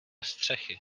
střechy